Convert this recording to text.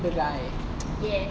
the guy